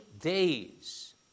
days